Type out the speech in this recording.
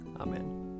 Amen